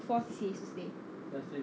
four C_C_As to stay